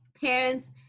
parents